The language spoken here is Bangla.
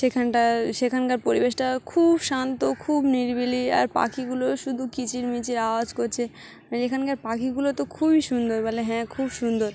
সেখানটায় সেখানকার পরিবেশটা খুব শান্ত খুব নিরিবিলি আর পাখিগুলো শুধু কিচিরমিচির আওয়াজ করছে মানে এখানকার পাখিগুলো তো খুবই সুন্দর বলে হ্যাঁ খুব সুন্দর